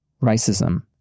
Racism